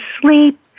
sleep